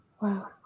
Wow